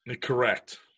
Correct